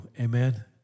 Amen